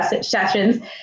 sessions